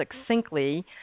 succinctly